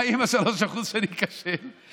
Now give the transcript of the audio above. ומה עם ה-3% שאני איכשל בהם?